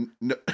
No